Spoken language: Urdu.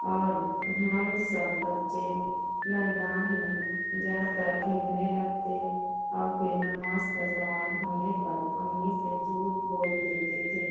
اور ہم سب بچے میدان میں جا کر کھیلنے لگتے اور پھر نماز کا زوال ہونے پر امی سے جھوٹ بول دیتے تھے